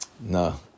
No